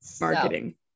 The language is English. marketing